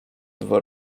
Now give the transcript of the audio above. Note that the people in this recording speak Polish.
dwa